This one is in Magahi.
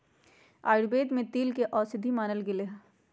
आयुर्वेद में तिल के औषधि मानल गैले है